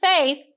faith